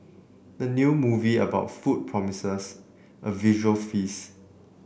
the new movie about food promises a visual feasts